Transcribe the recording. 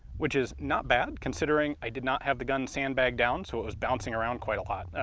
which is not bad considering i did not have the gun sandbagged down, so it was bouncing around quite a lot.